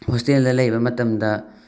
ꯍꯣꯁꯇꯦꯜꯗ ꯂꯩꯕ ꯃꯇꯝꯗ